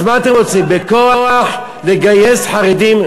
אז מה אתם רוצים, לא להטריד מינית.